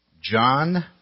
John